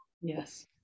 Yes